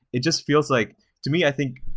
it just feels like to me, i think,